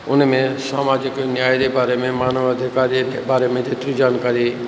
उन में सामाजिक न्याय जे बारे में मानव अधिकार जे बारे में जेतिरी जानकारी